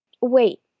Wait